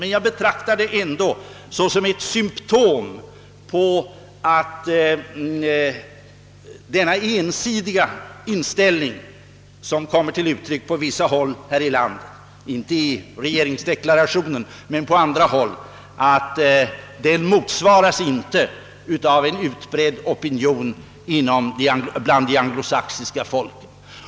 Men jag betraktar det som ett symtom på att den ensidiga inställning som kommit till uttryck på vissa håll här i landet — inte i regeringsdeklarationen men väl på andra håll — inte motsvaras av en utbredd opinion bland de anglosaxiska folken.